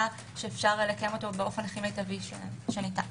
שאפשר לקיים אותו באופן הכי מיטבי שניתן.